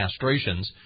castrations